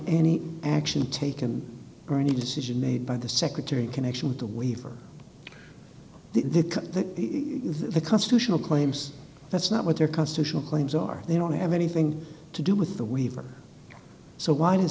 any action taken or any decision made by the secretary connection with the waiver the constitutional claims that's not what their constitutional claims are they don't have anything to do with the weaver so why